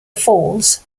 falls